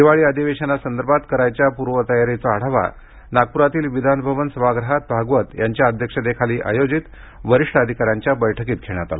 हिवाळी अधिवेशनासंदर्भात करायच्या व्यवस्थेबाबतच्या पूर्वतयारीचा आढावा नागपुरातिल विधानभवन सभागृहात भागवत यांच्या अध्यक्षतेखाली आयोजित वरिष्ठ अधिकाऱ्यांच्या बैठकीत घेण्यात आला